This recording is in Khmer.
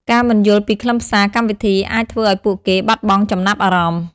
ការមិនយល់ពីខ្លឹមសារកម្មវិធីអាចធ្វើឱ្យពួកគេបាត់បង់ចំណាប់អារម្មណ៍។